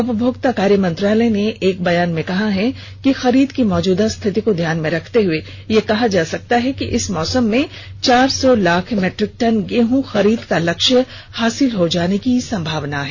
उपमोक्ता कार्य मंत्रालय ने एक बयान में कहा है कि खरीद की मौजूदा स्थिति को ध्यान में रखते हुए यह कहा जा सकता है कि इस मौसम में चार सौ लाख मीट्रिक टन गेहूं खरीद का लक्ष्य हासिल हो जाने की संभावना है